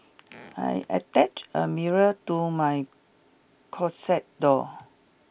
I attached a mirror to my closet door